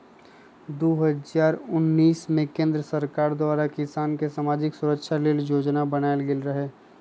दू हज़ार उनइस में केंद्र सरकार द्वारा किसान के समाजिक सुरक्षा लेल जोजना बनाएल गेल रहई